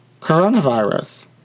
coronavirus